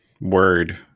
word